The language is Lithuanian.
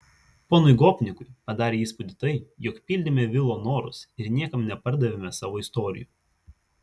ponui gopnikui padarė įspūdį tai jog pildėme vilo norus ir niekam nepardavėme savo istorijų